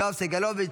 יואב סגלוביץ'